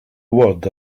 word